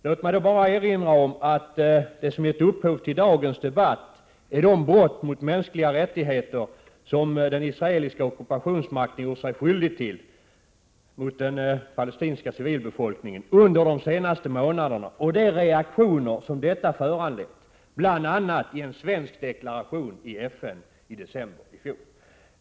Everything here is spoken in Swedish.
Låt mig då bara erinra om att vad som gett upphov till dagens debatt är de brott mot mänskliga rättigheter som den israeliska ockupationsmakten gjort sig skyldig till mot den palestinska civilbefolkningen under de senaste månaderna — och de reaktioner som detta föranlett, bl.a. i en svensk deklaration i FN i december i fjol.